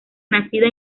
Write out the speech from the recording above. nacida